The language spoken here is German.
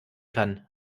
kann